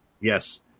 yes